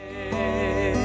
and